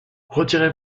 retirez